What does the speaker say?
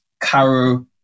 Caro